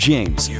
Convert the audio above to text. James